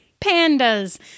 pandas